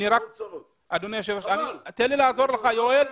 תן לי לעזור ליואל.